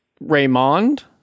Raymond